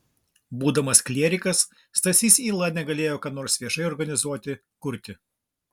būdamas klierikas stasys yla negalėjo ką nors viešai organizuoti kurti